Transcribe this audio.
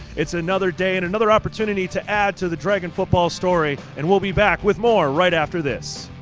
it's another day and another opportunity to add to the dragon football story. and we'll be back with more right after this.